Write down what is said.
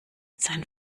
sein